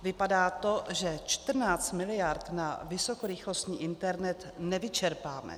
Vypadá to, že 14 miliard na vysokorychlostní internet nevyčerpáme.